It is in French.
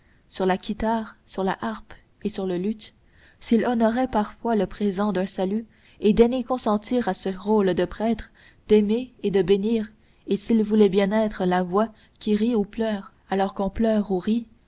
sur la kitare sur la harpe et sur le luth s'il honorait parfois le présent d'un salut et daignait consentir à ce rôle de prêtre d'aimer et de bénir et s'il voulait bien être la voix qui rit ou pleure alors qu'on pleure ou rit